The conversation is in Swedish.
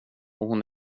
hon